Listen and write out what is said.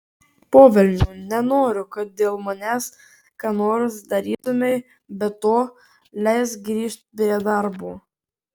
po velnių nenoriu kad dėl manęs ką nors darytumei be to leisk grįžt prie darbo